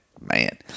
man